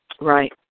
Right